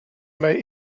may